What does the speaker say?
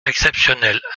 exceptionnelles